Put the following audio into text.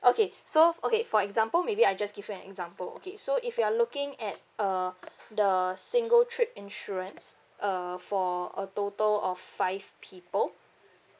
okay so okay for example maybe I just give you an example okay so if you're looking at uh the single trip insurance uh for a total of five people